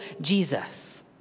Jesus